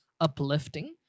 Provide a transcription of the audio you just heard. uplifting